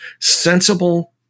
sensible